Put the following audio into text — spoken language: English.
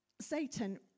Satan